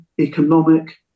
economic